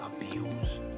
Abuse